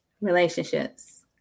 Relationships